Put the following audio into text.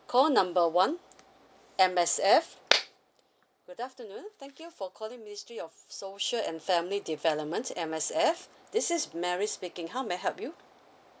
call number one M_S_F good afternoon thank you for calling ministry of social and family development M_S_F this is mary speaking how may I help you